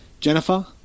Jennifer